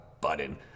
button